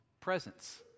presence